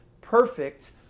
perfect